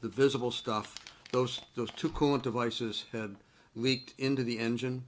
the visible stuff those those two coolant devices had leaked into the engine